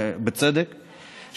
בצדק,